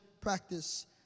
practice